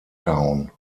town